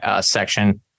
section